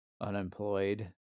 unemployed